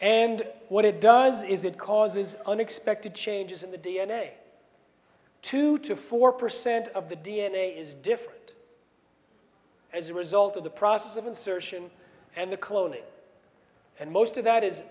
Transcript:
and what it does is it causes unexpected changes in the d n a two to four percent of the d n a is different as a result of the process of insertion and the clone it and most of that is